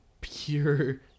pure